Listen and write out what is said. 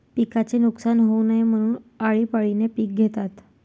पिकाचे नुकसान होऊ नये म्हणून, आळीपाळीने पिक घेतात